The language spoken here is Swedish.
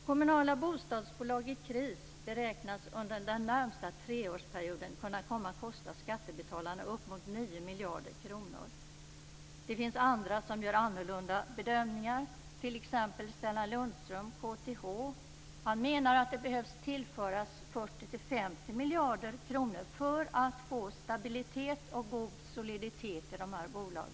Kommunala bostadsbolag i kris beräknas under den närmaste treårsperioden kunna komma att kosta skattebetalarna uppemot 9 miljarder kronor. Det finns andra som gör annorlunda bedömningar, t.ex. Stellan Lundström, KTH. Han menar att det behöver tillföras 40-50 miljarder kronor för att få stabilitet och god soliditet i dessa bolag.